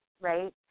right